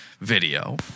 video